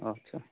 आच्चा